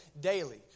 daily